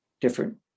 different